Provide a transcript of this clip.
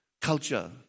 culture